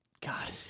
God